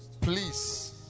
Please